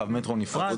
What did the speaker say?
או קו מטרו נפרד.